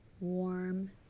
warm